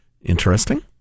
Interesting